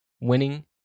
winning